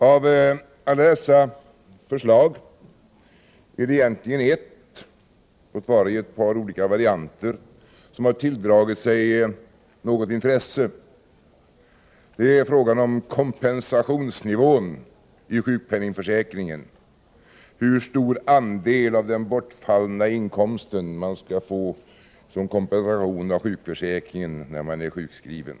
Av alla dessa förslag är det egentligen bara ett — låt vara i ett par olika varianter — som har tilldragit sig något intresse. Det är frågan om kompensationsnivån i sjukpenningförsäkringen, dvs. frågan om hur stor andel av den bortfallna inkomsten man skall få som kompensation av sjukförsäkringen när man är sjukskriven.